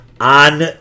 on